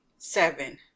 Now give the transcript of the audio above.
seven